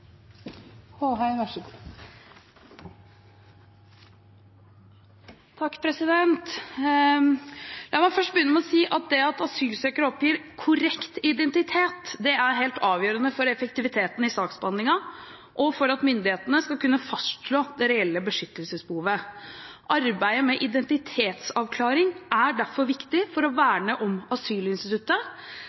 helt avgjørende for effektiviteten i saksbehandlingen og for at myndighetene skal kunne fastslå det reelle beskyttelsesbehovet. Arbeidet med identitetsavklaring er derfor viktig for å verne om asylinstituttet.